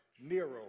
Nero